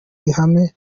ihame